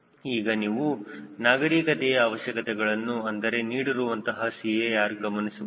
ಈಗ ನೀವು ನಾಗರಿಕತೆಯ ಅವಶ್ಯಕತೆಗಳನ್ನು ಅಂದರೆ ನೀಡಿರುವಂತಹ CAR ಗಮನಿಸಬಹುದು